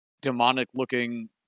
demonic-looking